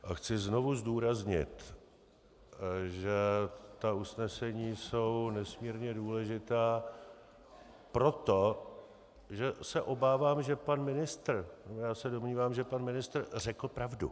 A chci znovu zdůraznit, že ta usnesení jsou nesmírně důležitá proto, že se obávám, že pan ministr já se domnívám, že pan ministr řekl pravdu.